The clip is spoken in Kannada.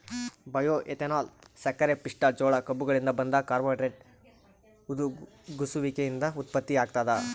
ಬಯೋಎಥೆನಾಲ್ ಸಕ್ಕರೆಪಿಷ್ಟ ಜೋಳ ಕಬ್ಬುಗಳಿಂದ ಬಂದ ಕಾರ್ಬೋಹೈಡ್ರೇಟ್ ಹುದುಗುಸುವಿಕೆಯಿಂದ ಉತ್ಪತ್ತಿಯಾಗ್ತದ